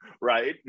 right